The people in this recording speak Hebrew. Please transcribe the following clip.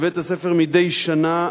לבית-הספר, מדי שנה